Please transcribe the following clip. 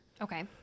Okay